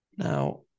Now